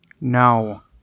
No